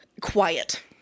quiet